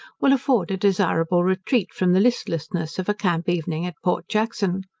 will afford a desirable retreat from the listlessness of a camp evening at port jackson.